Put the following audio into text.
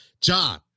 John